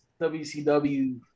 WCW